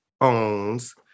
owns